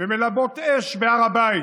ומלבות אש בהר הבית,